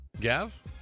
Gav